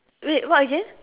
wait what again